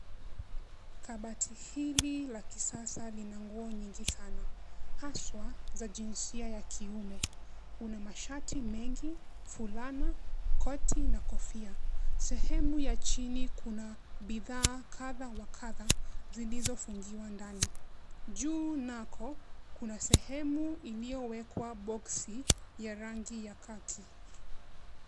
Kabati hili la kisasa lina nguo nyingi sana haswa za jinsia ya kiume. Kuna mashati mengi, fulana, koti na kofia. Sehemu ya chini kuna bidhaa kadhaa wa kadhaa zilizofungiwa ndani. Juu nako kuna sehemu iliyowekwa boxi ya rangi ya kaki.